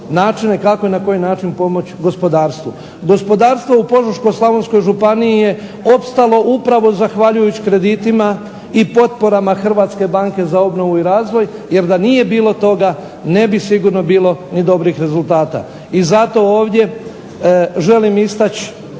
načine kako i na koji način pomoći gospodarstvu. Gospodarstvo u Požeško-slavonskoj županiji je opstalo upravo zahvaljujući kreditima i potporama Hrvatske banke za obnovu i razvoj, jer da nije bilo toga ne bi sigurno bilo ni dobrih rezultata. I zato ovdje želim istaći